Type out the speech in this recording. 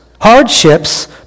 hardships